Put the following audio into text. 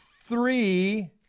three